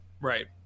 Right